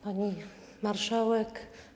Pani Marszałek!